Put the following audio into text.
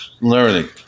learning